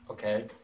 Okay